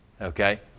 okay